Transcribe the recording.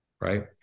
right